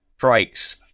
trikes